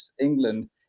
England